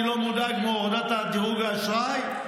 אני לא מודאג מהורדת דירוג האשראי.